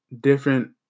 different